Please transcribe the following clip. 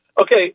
okay